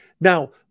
now